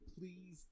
please